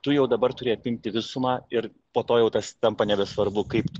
tu jau dabar turi apimti visumą ir po to jau tas tampa nebesvarbu kaip